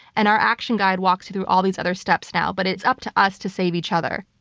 and our action guide walks you through all these other steps now. but it's up to us to save each other